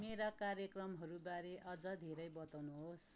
मेरा कार्यक्रमहरूबारे अझ धेरै बताउनुहोस्